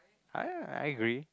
I I agree